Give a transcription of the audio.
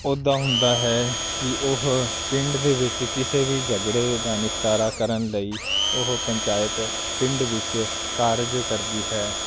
ਅਹੁਦਾ ਹੁੰਦਾ ਹੈ ਕਿ ਉਹ ਪਿੰਡ ਦੇ ਵਿੱਚ ਕਿਸੇ ਵੀ ਝਗੜੇ ਦਾ ਨਿਪਟਾਰਾ ਕਰਨ ਲਈ ਉਹ ਪੰਚਾਇਤ ਪਿੰਡ ਵਿੱਚ ਕਾਰਜ ਕਰਦੀ ਹੈ